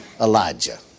Elijah